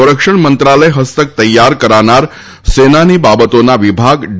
સંરક્ષણ મંત્રાલય ફસ્તક તૈયાર કરાનાર સેનાની બાબતોના વિભાગ ડી